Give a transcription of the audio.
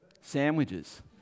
Sandwiches